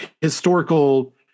historical